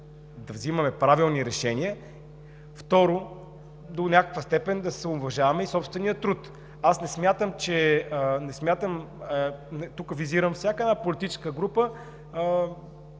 да вземаме правилни решения. Второ, до някаква степен да самоуважаваме и собствения си труд. Аз не смятам, че, визирам, всяка една политическа група